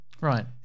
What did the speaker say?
right